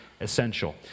essential